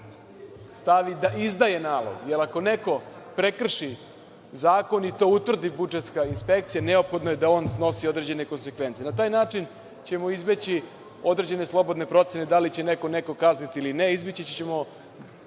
„da izdaje nalog“, jer ako neko prekrši zakon i to utvrdi budžetska inspekcija, neophodno je da on snosi određene konsekvence. Na taj način ćemo izbeći određene slobodne procene da li će neko nekog kazniti ili ne, izbeći ćemo